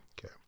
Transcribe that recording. okay